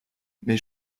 mes